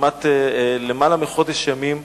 כמעט למעלה מחודש ימים,